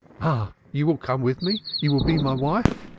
ah, you will come with me. you will be my wife.